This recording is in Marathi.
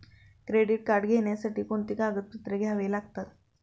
क्रेडिट कार्ड घेण्यासाठी कोणती कागदपत्रे घ्यावी लागतात?